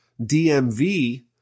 DMV